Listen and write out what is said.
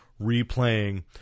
replaying